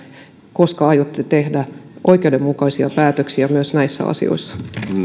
koska aiotte tehdä oikeudenmukaisia päätöksiä myös näissä asioissa